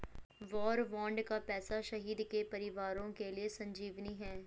वार bond का पैसा शहीद के परिवारों के लिए संजीवनी है